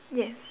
yes